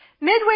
Midway